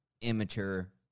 immature